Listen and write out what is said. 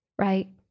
right